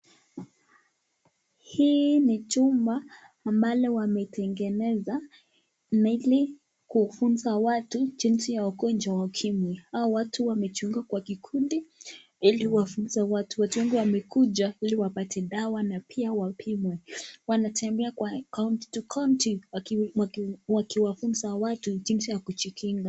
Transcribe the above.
Hii ni chumba ambalo wametengeneza naili kufunza watu jinsi ya ugonjwa wa ukimwi. Hao watu wamechunga kwa kikundi ili wafunze watu wa wengine wamekuja ili wapate dawa na pia wapimwe. Wanatembea kwa county to county wakiwafunza watu jinsi ya kujikinga.